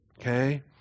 Okay